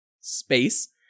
space